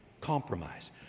Compromise